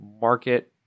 market